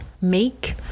Make